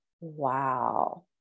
wow